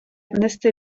нести